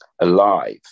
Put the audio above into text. alive